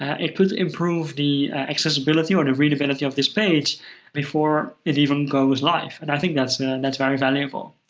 ah it could improve the accessibility or the readability of this page before it even goes live. and i think that's and that's very valuable.